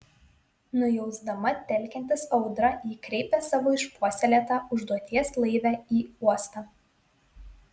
nujausdama telkiantis audrą ji kreipė savo išpuoselėtą užduoties laivę į uostą